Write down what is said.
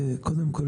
קודם כל,